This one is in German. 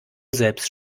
selbst